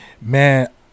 Man